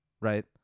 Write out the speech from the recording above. right